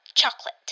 Chocolate